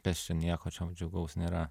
kas čia nieko džiugaus nėra